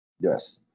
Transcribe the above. Yes